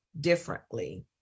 differently